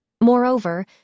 Moreover